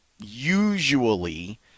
usually